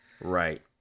Right